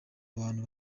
abantu